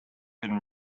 been